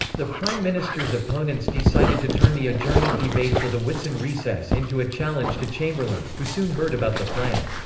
the prime minister's opponents decided to turn the adjournment debate for the whitsun recess into a challenge to chamberlain, who soon heard about the plan.